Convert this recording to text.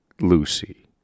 Lucy